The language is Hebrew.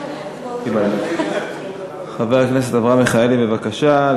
בין ההצבעות, חבר הכנסת אברהם מיכאלי, בבקשה.